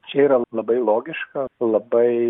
čia yra labai logiška labai